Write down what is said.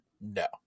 no